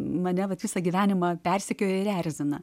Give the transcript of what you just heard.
mane vat visą gyvenimą persekioja ir erzina